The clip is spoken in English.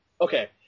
okay